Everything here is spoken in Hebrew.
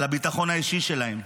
על הביטחון האישי שלהם,